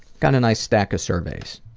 got a nice stack of surveys.